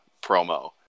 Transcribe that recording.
promo